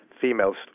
females